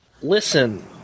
listen